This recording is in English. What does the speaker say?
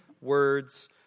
words